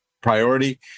priority